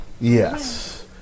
Yes